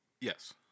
Yes